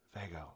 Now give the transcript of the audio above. Vago